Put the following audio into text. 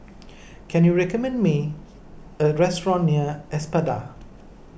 can you recommend me a restaurant near Espada